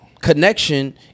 connection